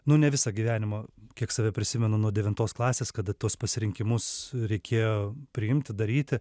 nu ne visą gyvenimą kiek save prisimenu nuo devintos klasės kada tuos pasirinkimus reikėjo priimti daryti